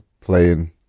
playing